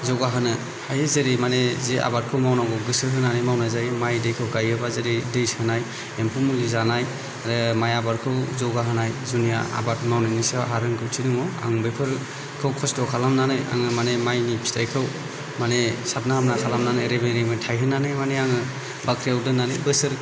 जौगाहोनो हायो जेरै माने जि आबादखौ मावनांगौ गोसो होनानै मावनाय जायो माइखौ गायोब्ला जेरै दै सोनाय एम्फौ मुलि जानाय आरो माइ आबादखौ जौगाहोनाय जुनिया आबाद मावनायनि सायाव आंहा रोंगौथि दङ आं बेफोरखौ खस्थ' खालामनानै आङो माने माइनि फिथाइखौ माने साबना हामना खालामनानै रिमो रिमो थायहोनानै आङो बाख्रियाव दोननानै बोसोरे